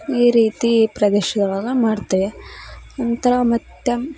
ಈ ರೀತಿ ಪ್ರದೇಶ್ದೊಳಗೆ ಮಾಡ್ತೇವೆ ನಂತರ ಮತ್ತು